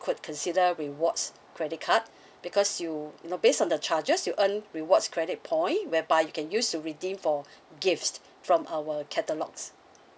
could consider rewards credit card because you know based on the charges you earn rewards credit point whereby you can use to redeem for gifts from our catalogues